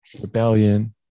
rebellion